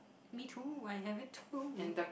me too I have it too